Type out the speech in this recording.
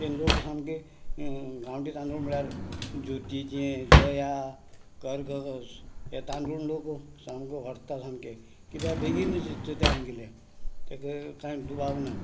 ते लोक सामके गांवटी तांदूळ म्हळ्यार ज्योतीचें जया करगस हें तांदूळ लोक सामको व्हरता सामके किद्या बेगीन शिजता तें आमगेलें तेका कांय दुबाव ना